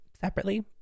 separately